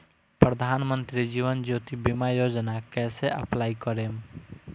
प्रधानमंत्री जीवन ज्योति बीमा योजना कैसे अप्लाई करेम?